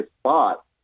spot